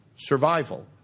survival